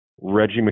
Reggie